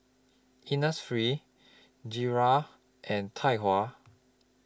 Innisfree Gilera and Tai Hua